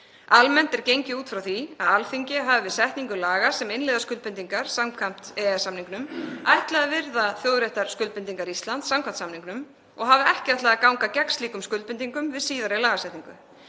Almennt er gengið út frá því að Alþingi hafi við setningu laga sem innleiða skuldbindingar samkvæmt EES-samningnum ætlað að virða þjóðréttarskuldbindingar Íslands samkvæmt samningnum og hafi ekki ætlað að ganga gegn slíkum skuldbindingum við síðari lagasetningu.